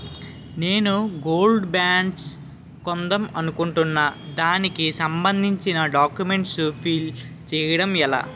నేను gold bonds కొందాం అనుకుంటున్నా దానికి సంబందించిన డాక్యుమెంట్స్ ఫిల్ చేయడం ఎలా?